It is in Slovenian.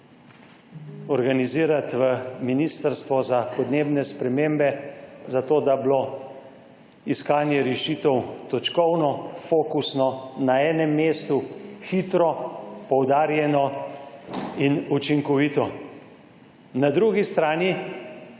organizirati Ministrstvo za podnebne spremembe, da bi bilo iskanje rešitev točkovno, fokusno, na enem mestu, hitro, poudarjeno in učinkovito. Na drugi strani